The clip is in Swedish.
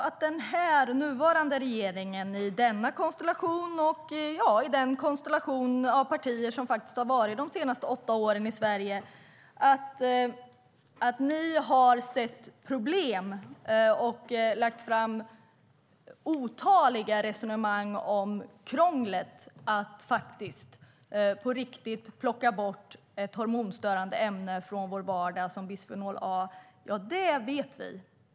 Att den nuvarande regeringen i den konstellation av partier som har varit de senaste åtta åren i Sverige har sett problem och lagt fram otaliga resonemang om krånglet när det gäller att på riktigt plocka bort det hormonstörande ämnet bisfenol A från vår vardag vet vi.